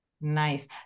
nice